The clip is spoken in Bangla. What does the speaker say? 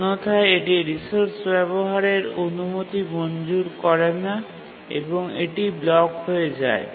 অন্যথায় এটি রিসোর্স ব্যাবহারের অনুমতি মঞ্জুর করে না এবং এটি ব্লক হয়ে যায়